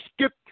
skip